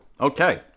Okay